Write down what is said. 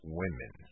women